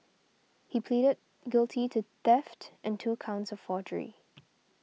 he pleaded guilty to theft and two counts of forgery